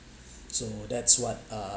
so that's what uh